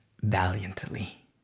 valiantly